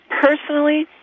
Personally